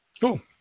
Cool